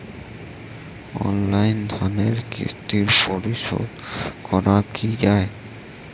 Online ঋণের কিস্তি পরিশোধ করা যায় কি?